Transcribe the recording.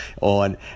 on